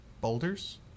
Boulders